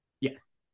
Yes